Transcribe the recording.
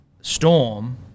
Storm